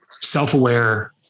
self-aware